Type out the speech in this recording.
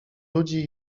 ludzi